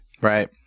Right